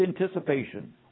anticipation